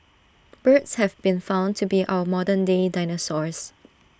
birds have been found to be our modern day dinosaurs